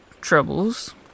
troubles